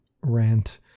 rant